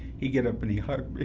he got up and he hugged